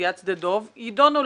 לסוגיית שדה דב יידונו,